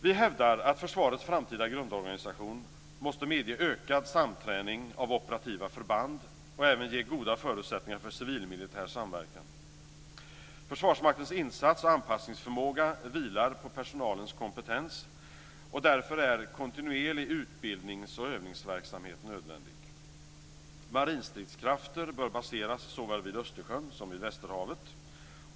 Vi hävdar att försvarets framtida grundorganisation måste medge ökad samträning av operativa förband och även ge goda förutsättningar för civilmilitär samverkan. Försvarsmaktens insats och anpassningsförmåga vilar på personalens kompetens, och därför är kontinuerlig utbildnings och övningsverksamhet nödvändig. Marinstridskrafter bör baseras såväl vid Östersjön som vid västerhavet.